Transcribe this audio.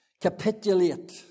capitulate